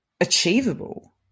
achievable